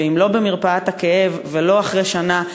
ואם לא במרפאת הכאב ולא אחרי שנה,